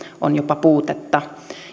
on jopa puutetta